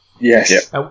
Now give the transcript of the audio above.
Yes